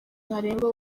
ntarengwa